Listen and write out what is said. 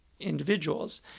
individuals